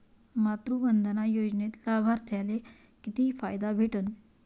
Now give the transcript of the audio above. मातृवंदना योजनेत लाभार्थ्याले किती फायदा भेटन?